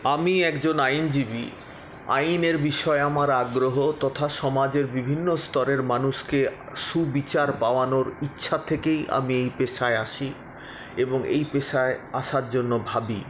আমি একজন আইনজীবী আইনের বিষয় আমার আগ্রহ তথা সমাজের বিভিন্ন স্তরের মানুষকে সুবিচার পাওয়ানোর ইচ্ছা থেকেই আমি এই পেশায় আসি এবং এই পেশায় আসার জন্য ভাবি